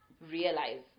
realize